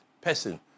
person